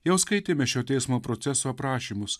jau skaitėme šio teismo proceso aprašymus